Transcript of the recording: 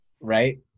Right